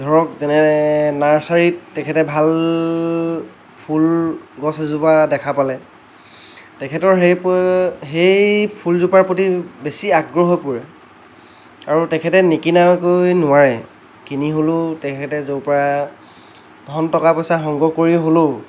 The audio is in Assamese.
যেনে ধৰক নাৰ্চাৰীত তেখেতে ভাল ফুল গছ এজোপা দেখা পালে তেখেতৰ সেই সেই ফুলজোপাৰ প্ৰতি বেছি আগ্ৰহ হৈ পৰে আৰু তেখেতে নিকিনাকৈ নোৱাৰে কিনি হ'লেও তেখেতে য'ৰ পৰা ধন টকা পইচা সংগ্ৰহ কৰি হ'লেও